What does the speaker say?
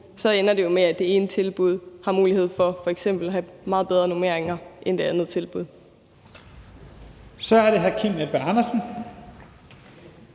Så ender det jo med, at det ene tilbud har mulighed for f.eks. at have meget bedre normeringer end det andet tilbud. Kl. 15:21 Første